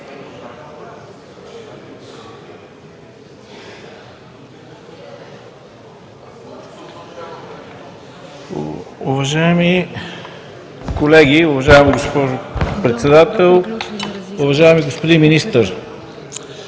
Уважаеми колеги, уважаема госпожо Председател, уважаеми господин Министър!